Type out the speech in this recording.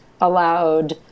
allowed